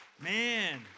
Man